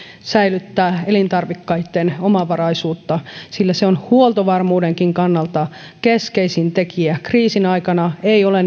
säilyttää elintarvikkeiden omavaraisuutta sillä se on huoltovarmuudenkin kannalta keskeisin tekijä kriisin aikana ei ole